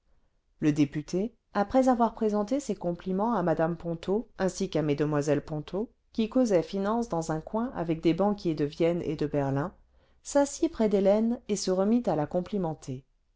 le député après avoir présenté ses compliments à mme ponto ainsi qu'à m ponto qui causaient finances dans un coin avec des banquiers de vienne et de berlin s assit près d'hélène et se remit à la complimenter